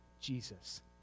Jesus